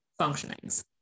functionings